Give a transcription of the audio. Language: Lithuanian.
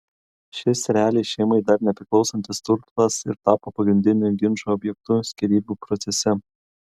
šis realiai šeimai dar nepriklausantis turtas ir tapo pagrindiniu ginčo objektu skyrybų procese